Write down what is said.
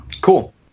Cool